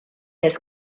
des